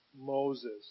Moses